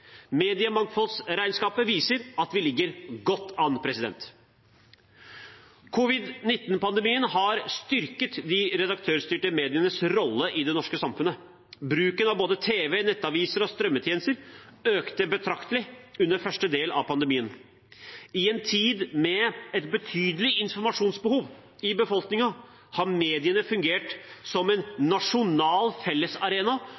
Mediemangfoldsregnskapet viser at vi ligger godt an. Covid-19-pandemien har styrket de redaktørstyrte medienes rolle i det norske samfunnet. Bruken av både tv, nettaviser og strømmetjenester økte betraktelig under første del av pandemien. I en tid med et betydelig informasjonsbehov i befolkningen har mediene fungert som en nasjonal fellesarena